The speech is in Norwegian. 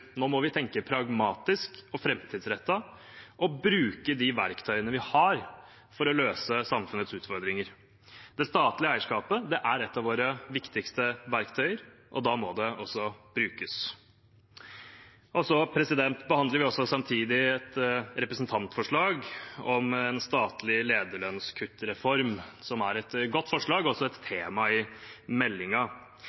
Nå må vi tenke pragmatisk og framtidsrettet, og bruke de verktøyene vi har for å løse samfunnets utfordringer. Det statlige eierskapet er et av våre viktigste verktøy, og da må det også brukes. Så behandler vi samtidig et representantforslag om en statlig lederlønnskuttreform, som er et godt forslag og et